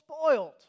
spoiled